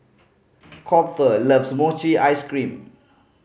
Colter loves mochi ice cream